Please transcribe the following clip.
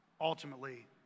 ultimately